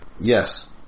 Yes